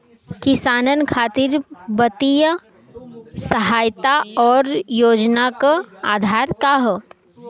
किसानन खातिर वित्तीय सहायता और योजना क आधार का ह?